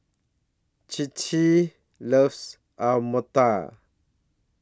Cinthia loves Alu Matar